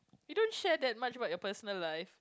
you don't share that much about your personal life